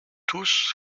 tous